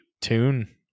tune